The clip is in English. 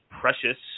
precious